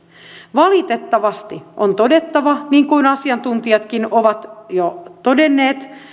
valitettavasti on todettava niin kuin asiantuntijatkin ovat jo todenneet